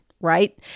right